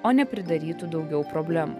o ne pridarytų daugiau problemų